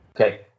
Okay